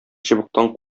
чыбыктан